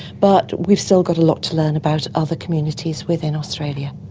but we've still got a lot to learn about other communities within australia.